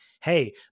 hey